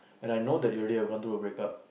and I know that you already have gone through a break up